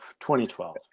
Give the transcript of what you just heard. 2012